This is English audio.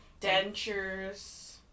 Dentures